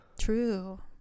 true